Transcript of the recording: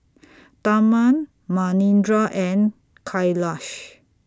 Tharman Manindra and Kailash